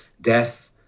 death